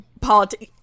politics